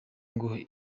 ngo